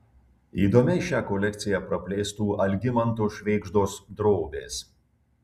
įdomiai šią kolekciją praplėstų algimanto švėgždos drobės